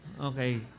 Okay